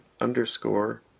underscore